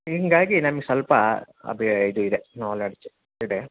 ಹೀಗಾಗಿ ನಮಗೆ ಸ್ವಲ್ಪ ಅದೇ ಇದು ಇದೆ ನಾಲೆಡ್ಜು ಇದೆ